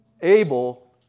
Abel